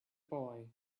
boy